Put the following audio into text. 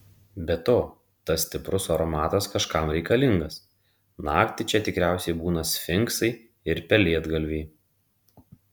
be to tas stiprus aromatas kažkam reikalingas naktį čia tikriausiai būna sfinksai ir pelėdgalviai